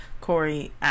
Corey